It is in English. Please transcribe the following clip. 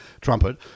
trumpet